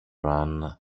run